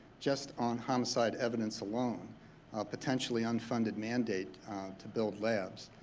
just on homicide evidence alone potentially on funded mandate to build labs.